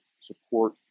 support